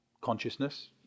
Consciousness